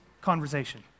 conversation